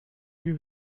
più